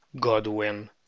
Godwin